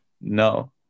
No